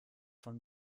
von